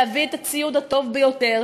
להביא את הציוד הטוב ביותר,